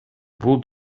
бул